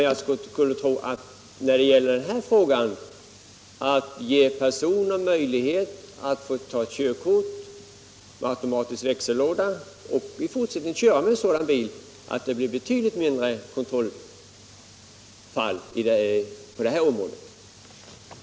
Jag skulle tro att det uppstår betydligt färre kontrollfall på det här området, dvs. om man ger personer som önskar det möjlighet att ta körkort för bil med automatisk växellåda och sedan i fortsättningen endast köra sådan bil.